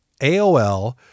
AOL